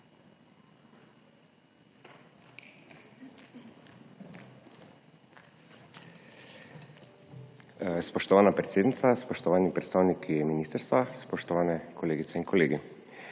Spoštovana predsednica, spoštovani predstavniki ministrstva, spoštovane kolegice in kolegi!